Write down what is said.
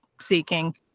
seeking